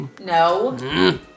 No